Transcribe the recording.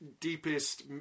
deepest